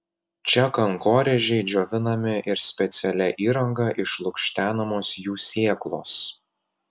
čia kankorėžiai džiovinami ir specialia įranga išlukštenamos jų sėklos